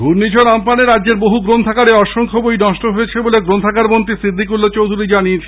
ঘূর্ণিঝড় আমপানে রাজ্যের বহু গ্রন্থাগারে অসংখ্য বই নষ্ট হয়েছে বলে গ্রন্থাগারমন্ত্রী সিদ্দিকুল্লা চৌধুরী জানিয়েছেন